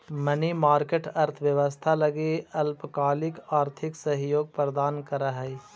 money market अर्थव्यवस्था लगी अल्पकालिक आर्थिक सहयोग प्रदान करऽ हइ